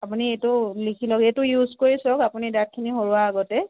আপুনি এইটো লিখি লওক এইটো ইউজ কৰি চাওক আপুনি দাঁতখিন সৰোৱাৰ আগতে